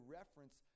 reference